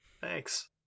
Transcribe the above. Thanks